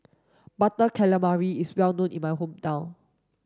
butter calamari is well known in my hometown